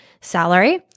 salary